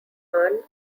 hahn